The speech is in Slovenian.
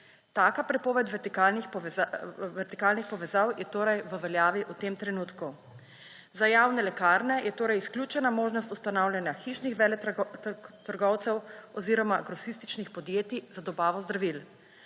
Taka prepoved vertikalnih povezav je torej v veljavi v tem trenutku. Za javne lekarne je torej izključena možnost ustanavljanja hišnih veletrgovcev oziroma grosističnih podjetij za dobavo zdravil.